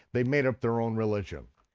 they made up their own religion.